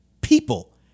people